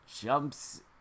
jumps